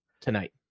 tonight